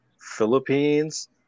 Philippines